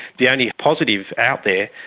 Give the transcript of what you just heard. the only positive out there,